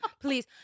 Please